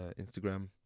instagram